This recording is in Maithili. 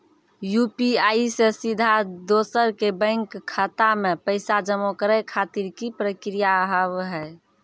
यु.पी.आई से सीधा दोसर के बैंक खाता मे पैसा जमा करे खातिर की प्रक्रिया हाव हाय?